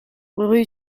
rue